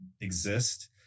exist